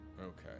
Okay